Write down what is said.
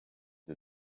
des